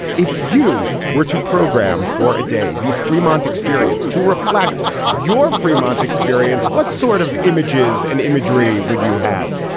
if you were to program for a day the fremont experience to reflect your fremont experience, what sort of images and imagery would you have?